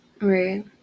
Right